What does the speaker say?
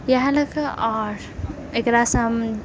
इएह लएके आओर एकरासँ